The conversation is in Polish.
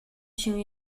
się